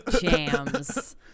jams